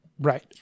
right